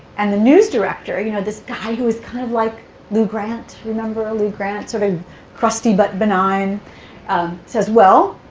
and the news director, you know this guy who was kind of like lou grant remember ah lou grant? sort of crusty but benign. he um says, well,